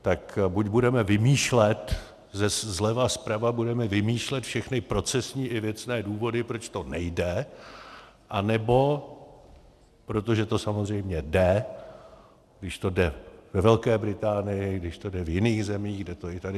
Tak buď budeme vymýšlet, zleva zprava budeme vymýšlet všechny procesní i věcné důvody, proč to nejde, anebo, protože to samozřejmě jde, když to jde ve Velké Británii, když to jde v jiných zemích, jde to i tady.